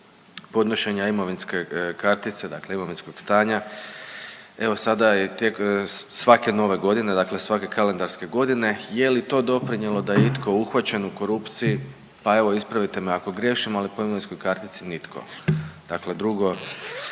podnošenja imovinske kartice, dakle imovinskog stanja. Evo sada i svake nove godine, dakle svake kalendarske godine, je li to doprinjelo da je itko uhvaćen u korupciji? Pa evo ispravite me ako griješim, ali po imovinskoj kartici nitko, dakle drugo,